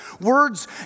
Words